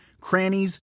crannies